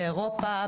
באירופה,